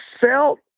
felt